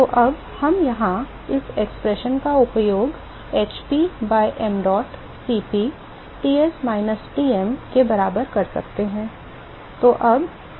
तो अब हम यहाँ इस व्यंजक का उपयोग hp by mdot Cp Ts minus Tm के बराबर कर सकते हैं